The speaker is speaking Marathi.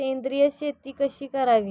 सेंद्रिय शेती कशी करावी?